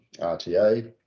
RTA